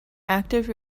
active